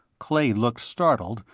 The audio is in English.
clay looked startled,